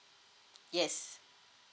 yes